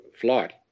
flight